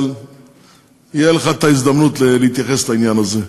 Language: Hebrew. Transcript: אבל תהיה לך ההזדמנות להתייחס לעניין הזה.